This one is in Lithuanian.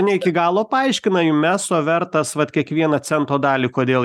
ne iki galo paaiškina jum eso vertas vat kiekvieną cento dalį kodėl